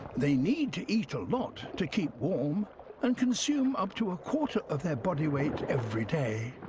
they need to eat a lot to keep warm and consume up to a quarter of their body weight every day.